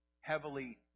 heavily